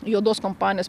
juodos kompanijos